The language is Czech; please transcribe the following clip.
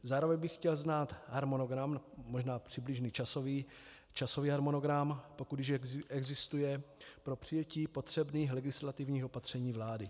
Zároveň bych chtěl znát harmonogram, možná přibližný časový harmonogram, pokud již existuje, pro přijetí potřebných legislativních opatření vlády.